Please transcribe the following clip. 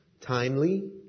Timely